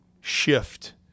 shift